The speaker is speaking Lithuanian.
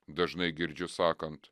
dažnai girdžiu sakant